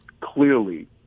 clearly